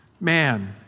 Man